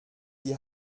die